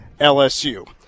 LSU